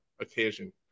occasion